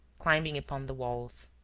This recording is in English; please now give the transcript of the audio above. climbing upon the walls.